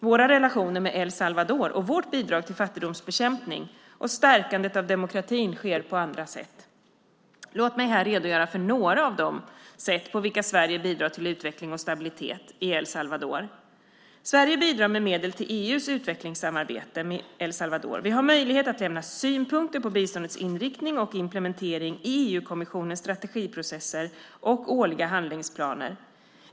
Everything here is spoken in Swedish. Våra relationer med El Salvador och vårt bidrag till fattigdomsbekämpning och stärkandet av demokratin sker på andra sätt. Låt mig här redogöra för några av de sätt på vilka Sverige bidrar till utveckling och stabilitet i El Salvador. Sverige bidrar med medel till EU:s utvecklingssamarbete med El Salvador. Vi har möjlighet att lämna synpunkter på biståndets inriktning och implementering i EU-kommissionens strategiprocesser och årliga handlingsplaner.